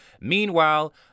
Meanwhile